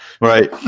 Right